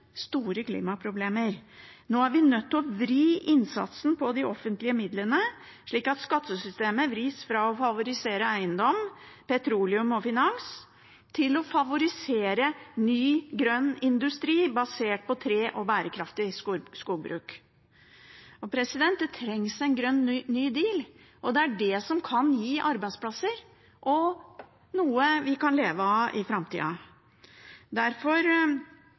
store klimaproblemer. Nå er vi nødt til å vri innsatsen på de offentlige midlene, slik at skattesystemet vris fra å favorisere eiendom, petroleum og finans til å favorisere ny grønn industri basert på tre og bærekraftig skogbruk. Det trengs en grønn ny deal. Det er det som kan gi arbeidsplasser og noe vi kan leve av i framtida. Derfor